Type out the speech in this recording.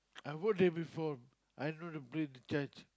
I walk there before I know the place the church